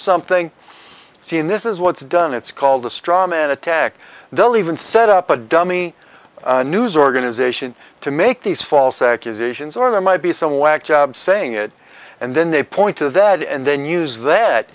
something see in this is what's done it's called a straw man attack they'll even set up a dummy news organization to make these false accusations or there might be some whacked saying it and then they point to that and then use that